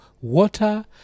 Water